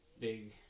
big